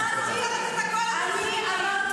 זה מביש אותי שאת עומדת פה ואומרת